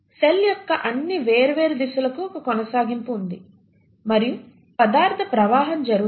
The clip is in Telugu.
సెల్ యొక్క అన్ని వేర్వేరు దిశలకు ఒక కొనసాగింపు ఉంది మరియు పదార్థ ప్రవాహం జరుగుతోంది